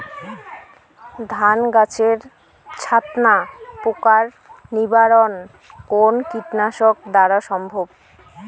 ধান গাছের ছাতনা পোকার নিবারণ কোন কীটনাশক দ্বারা সম্ভব?